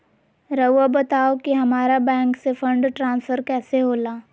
राउआ बताओ कि हामारा बैंक से फंड ट्रांसफर कैसे होला?